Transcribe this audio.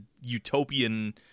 utopian